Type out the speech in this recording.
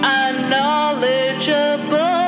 unknowledgeable